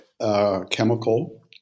chemical